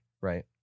Right